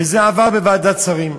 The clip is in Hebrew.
שזה עבר בוועדת שרים.